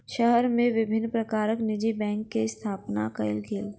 शहर मे विभिन्न प्रकारक निजी बैंक के स्थापना कयल गेल